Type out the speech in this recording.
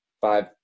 five